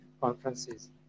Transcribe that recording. conferences